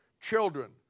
Children